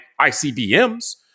ICBMs